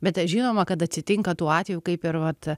bet žinoma kad atsitinka tuo atveju kaip ir vat